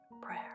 Prayer